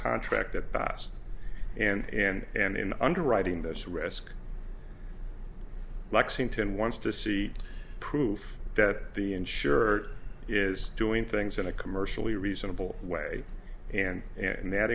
contract that passed and and in underwriting this risk lexington wants to see proof that the insurer is doing things in a commercially reasonable way and and that